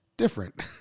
different